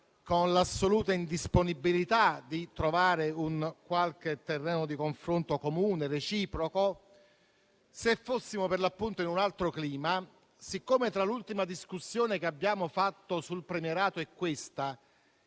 con l'assoluta indisponibilità di trovare un qualche terreno di confronto comune, reciproco, se fossimo per l'appunto in un altro clima, siccome tra l'ultima discussione che abbiamo fatto sul premierato e questa,